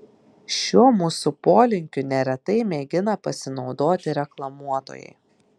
šiuo mūsų polinkiu neretai mėgina pasinaudoti reklamuotojai